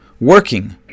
working